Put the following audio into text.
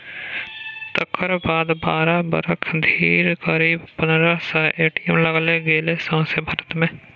तकर बाद बारह बरख धरि करीब पनरह सय ए.टी.एम लगाएल गेलै सौंसे भारत मे